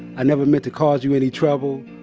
i never meant to cause you any trouble.